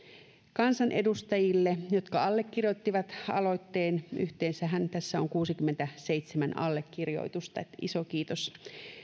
kansanedustajille jotka allekirjoittivat aloitteen yhteensähän tässä on kuusikymmentäseitsemän allekirjoitusta iso kiitos